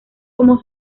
como